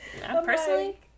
personally